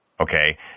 Okay